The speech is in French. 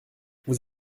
vous